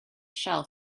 shell